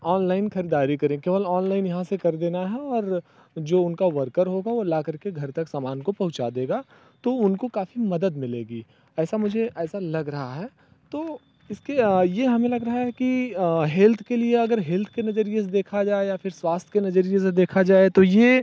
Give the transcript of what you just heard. online खरीदारी करें केवल ऑनलाइन यहाँ से खरीदना है और जो उनका वर्कर होगा वो ला करके घर तक सामान पहुँचा देगा तो उनको काफ़ी मदद मिलेगी ऐसा मुझे ऐसा लग रहा है तो इसके ये हमें लग रहा है कि हेल्थ के लिए अगर हेल्थ के नज़रिये से देखा जाए या फिर स्वास्थ्य के नज़रिये से देखा जाए तो ये